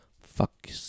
Fuck